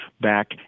back